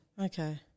Okay